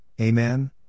Amen